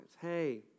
Hey